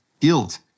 Guilt